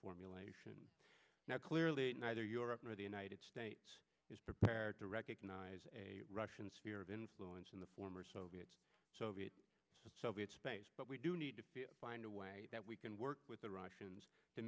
and now clearly neither europe or the united states is prepared to recognize a russian sphere of influence in the former soviet soviet soviet space but we do need to find a way that we can work with the russians to